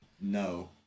No